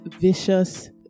vicious